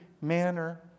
manner